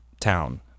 town